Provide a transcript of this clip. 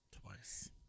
Twice